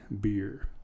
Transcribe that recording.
beer